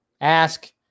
ask